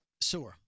sewer